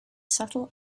subtle